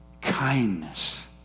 Kindness